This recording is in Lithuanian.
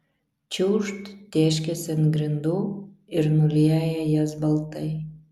čiūžt tėškiasi ant grindų ir nulieja jas baltai